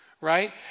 right